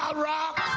um rock.